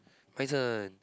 my turn